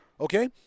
okay